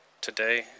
today